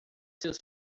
seus